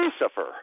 Lucifer